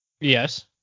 yes